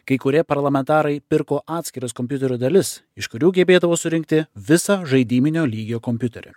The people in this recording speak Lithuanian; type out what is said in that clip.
kai kurie parlamentarai pirko atskiras kompiuterių dalis iš kurių gebėdavo surinkti visą žaidybinio lygio kompiuterį